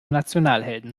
nationalhelden